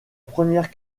première